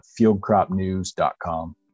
fieldcropnews.com